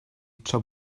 tra